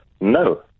No